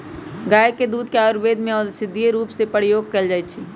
गाय के दूध के आयुर्वेद में औषधि के रूप में प्रयोग कएल जाइ छइ